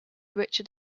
richard